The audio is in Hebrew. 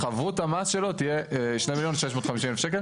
חבות המס שלו תהיה 2.65 מיליון.